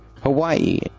Hawaii